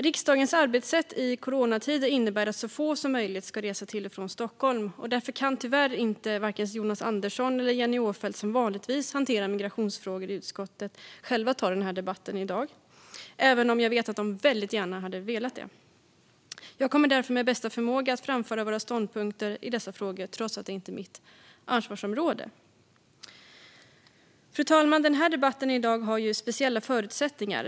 Riksdagens arbetssätt i coronatider innebär att så få som möjligt ska resa till och från Stockholm. Därför kan tyvärr varken Jonas Andersson eller Jennie Åfeldt, som vanligtvis hanterar migrationsfrågor i utskottet, ta debatten i dag, även om jag vet att de väldigt gärna hade velat det. Jag kommer därför efter bästa förmåga att framföra våra ståndpunkter i dessa frågor trots att det inte är mitt ansvarsområde. Fru talman! Debatten i dag har speciella förutsättningar.